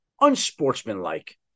unsportsmanlike